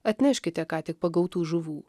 atneškite ką tik pagautų žuvų